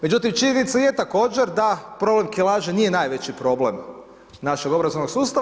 Međutim, činjenica je također da problem kilaže nije najveći problem našeg obrazovnog sustava.